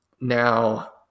now